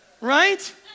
Right